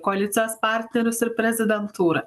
koalicijos partnerius ir prezidentūrą